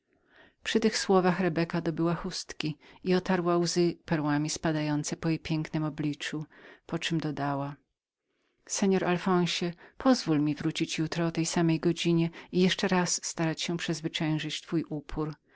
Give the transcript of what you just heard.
przy tych słowach rebeka dobyła chustki i otarła łzy perłami spadające po jej pięknem obliczu poczem dodała panie alfonsie pozwól mi wrócić jutro o tej samej godzinie i jeszcze starać się przezwyciężyć twój upór